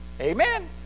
amen